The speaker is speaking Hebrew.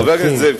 חבר הכנסת זאב,